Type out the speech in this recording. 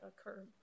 occur